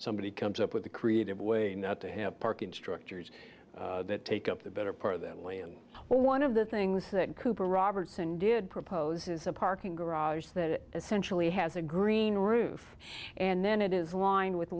somebody comes up with a creative way not to have parking structures that take up the better part of them when one of the things that cooper robertson did proposes a parking garage that essentially has a green roof and then it is lined with